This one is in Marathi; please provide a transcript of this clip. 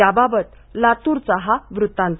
त्याबाबत लातूरचा हा वृतांत